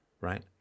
right